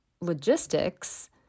logistics